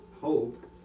hope